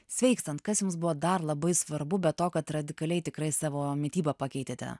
sveikstant kas jums buvo dar labai svarbu be to kad radikaliai tikrai savo mitybą pakeitėte